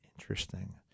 interesting